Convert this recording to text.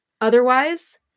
Otherwise